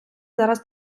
зараз